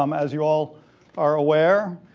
um as you all are aware,